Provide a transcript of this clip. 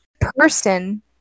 person